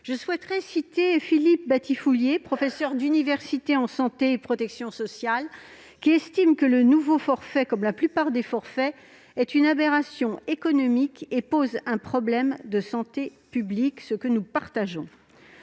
Je citerai Philippe Batifoulier, professeur d'université en santé et protection sociale : il estime que le nouveau forfait, comme la plupart des forfaits, est une aberration économique et pose un problème de santé publique. C'est une analyse que nous partageons.